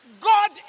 God